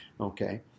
Okay